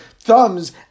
thumbs